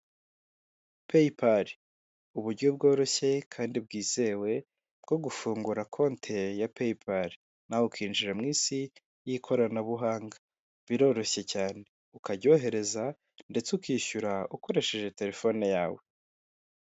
Peyipali uburyo bworoshye kandi bwizewe bwo gufungura konti ya peyipali nawe ukinjira mu isi y'ikoranabuhanga biroroshye cyane ukajyayohereza ndetse ukishyura ukoresheje telefone yawe.